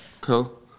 cool